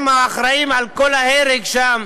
הם האחראים לכל ההרג שם,